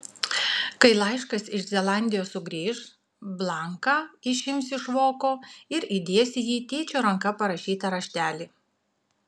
kai laiškas iš zelandijos sugrįš blanką išims iš voko ir įdės į jį tėčio ranka parašytą raštelį